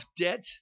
debt